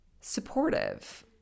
supportive